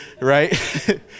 right